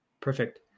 Perfect